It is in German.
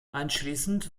anschließend